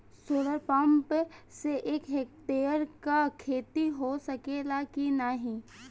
Solar pump से एक hectare क खेती हो सकेला की नाहीं?